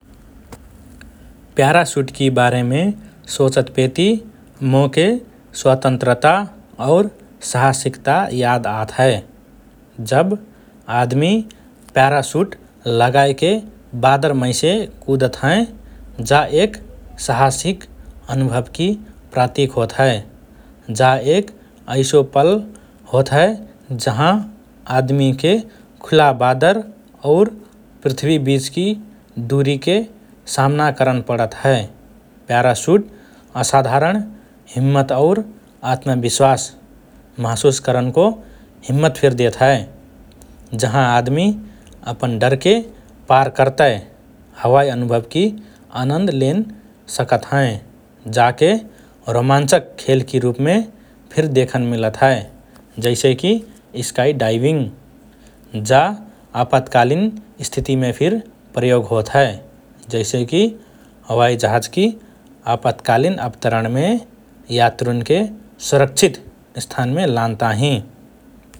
प्याराशुटकि बारेमे सोचतपेति मोके स्वतन्त्रता और साहसिकता याद आत हए । जब आदमि प्याराशुट लगाएके वादर मैसे कुदत हएँ, जा एक साहसिक अनुभवकि प्रतिक होत हए । जा एक ऐसो पल होत हए जहाँ आदमिके खुला वादर और पृथ्वी बीचकि दूरीके सामना करन पडत हए । प्याराशूट असाधारण हिम्मत और आत्मविश्वास महसुस करनको हिम्मत फिर देत हए, जहाँ आदमि अपन डरके पार करतए हवाई अनुभवकि आनन्द लेन सकत हएँ । जाके रोमञ्चक खेलकि रुपमे फिर देखन मिलत हए, जैसेकि स्काइडाइविंग । जा आपतकालिन स्थितिमे फिर प्रयोग होत हए, जैसेकि हवाईजहाजकि आपतकालिन अवतरणमे यात्रुन्के सुरक्षित स्थानमे लान ताहिँ ।